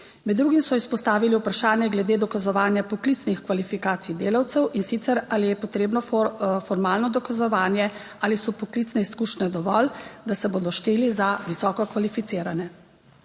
Med drugim so izpostavili vprašanje glede dokazovanja poklicnih kvalifikacij delavcev, in sicer ali je potrebno formalno dokazovanje, ali so poklicne izkušnje dovolj, da se bodo šteli za visoko kvalificirane?